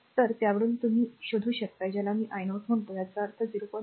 तर तर त्यावरून तुम्ही r शोधू शकता ज्याला मी i 0 म्हणतो याचा अर्थ 0